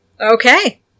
Okay